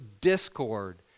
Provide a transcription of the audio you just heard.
discord